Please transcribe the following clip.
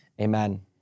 Amen